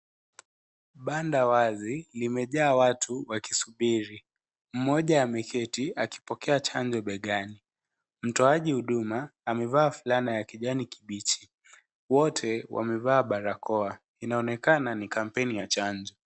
Banda wazi limejaa watu wakisubiri. Mmoja ameketi akipokea chanjo begani. Mtoaji huduma amevaa fulani ya kijani kimbichi. Wote wamevaa barakoa. Inaonekana ni kampeni ya chanjo.